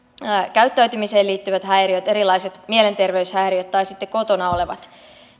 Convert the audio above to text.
käyttäytymiseen liittyvät häiriöt erilaiset mielenterveyshäiriöt tai sitten kotona olevat